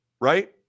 right